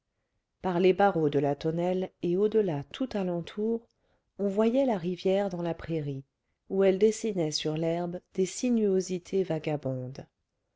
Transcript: par les barreaux de la tonnelle et au delà tout alentour on voyait la rivière dans la prairie où elle dessinait sur l'herbe des sinuosités vagabondes